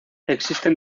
existen